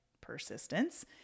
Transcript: Persistence